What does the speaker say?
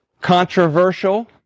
controversial